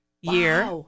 year